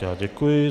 Já děkuji.